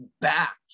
back